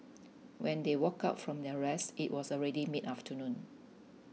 when they woke up from their rest it was already mid afternoon